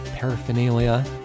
Paraphernalia